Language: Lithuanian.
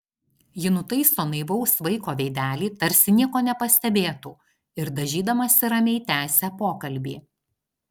ji nutaiso naivaus vaiko veidelį tarsi nieko nepastebėtų ir dažydamasi ramiai tęsia pokalbį